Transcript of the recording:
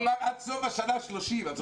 הוא אמר, עד סוף השנה 30, את זוכרת?